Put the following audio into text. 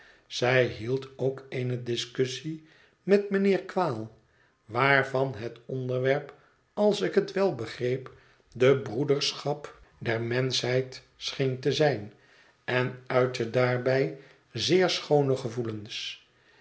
zij hield ook eene discussie met mijnheer quale waarvan het onderwerp als ik het wel begreep de broederschap der menschheid scheen te zijn en uitte daarbij zeer schoone gevoelens